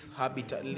habitat